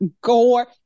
gore